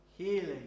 Healing